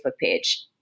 page